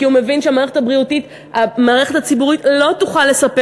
כי הוא מבין שהמערכת הציבורית לא תוכל לספק